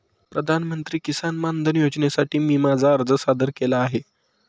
प्रधानमंत्री किसान मानधन योजनेसाठी मी माझा अर्ज सादर केला आहे